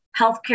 healthcare